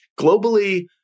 Globally